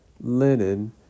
linen